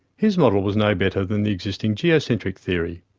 his model was no better than the existing geocentric theory.